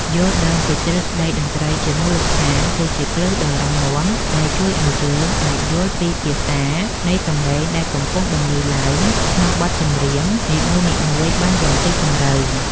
យល់ដឹងពីទ្រឹស្តីតន្ត្រីជាមូលដ្ឋានគឺជាគ្រឹះដ៏រឹងមាំដែលជួយឱ្យយើងអាចយល់ពីភាសានៃសម្លេងដែលកំពុងបន្លឺឡើងក្នុងបទចម្រៀងនីមួយៗបានយ៉ាងស៊ីជម្រៅ។